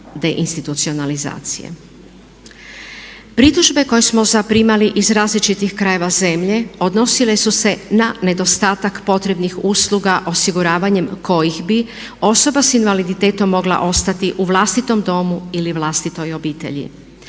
Pritužbe koje smo zaprimali iz različitih krajeva zemlje odnosile su se na nedostatak potrebnih usluga osiguravanjem kojih bi osoba s invaliditetom mogla ostati u vlastitom domu ili vlastitoj obitelji.